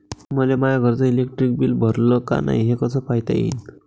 मले माया घरचं इलेक्ट्रिक बिल भरलं का नाय, हे कस पायता येईन?